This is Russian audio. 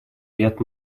лет